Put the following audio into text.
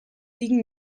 liegen